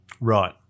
Right